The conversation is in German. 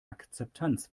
akzeptanz